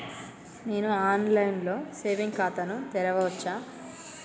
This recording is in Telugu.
నేను ఆన్ లైన్ లో సేవింగ్ ఖాతా ను తెరవచ్చా?